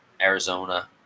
Arizona